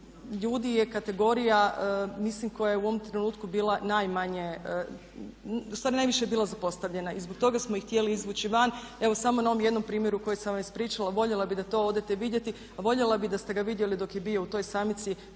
ljudi je kategorija mislim koja je u ovom trenutku bila najmanje, ustvari najviše je bila zapostavljena i zbog toga smo ih htjeli izvući van. Evo samo na ovom jednom primjeru koji sam vam ispričala voljela bih da to odete vidjeti, voljela bih da ste ga vidjeli dok je bio u toj samici